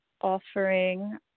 offering